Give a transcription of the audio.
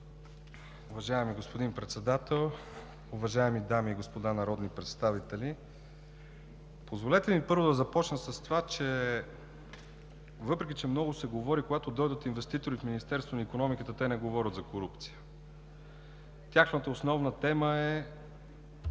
Уважаеми господин Председател, уважаеми дами и господа народни представители! Позволете ми първо да започна с това, че въпреки че много се говори, когато дойдат инвеститори в Министерството на икономиката, те не говорят за корупция. Тяхната основна тема е